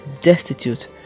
destitute